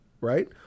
right